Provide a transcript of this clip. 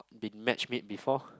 been match made before